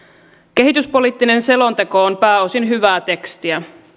kehityspoliittinen selonteko on pääosin hyvää tekstiä